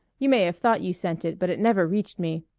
you may have thought you sent it but it never reached me.